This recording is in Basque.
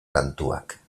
kantuak